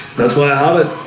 that's why i have it